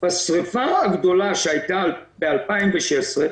בשריפה הגדולה שהיתה ב-2016,